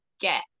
get